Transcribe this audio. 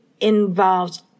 involves